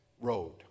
road